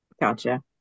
gotcha